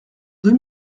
deux